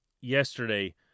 yesterday